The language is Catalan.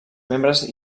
membres